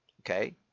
okay